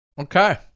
Okay